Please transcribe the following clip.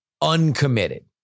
uncommitted